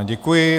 Děkuji.